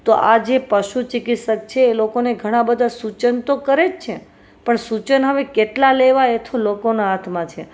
તો આ જે પશુ ચિકિત્સક છે એ લોકોને ઘણાં બધા સૂચન તો કરે જ છે પણ સૂચન હવે કેટલાં લેવાં એ તો લોકોના હાથમાં છે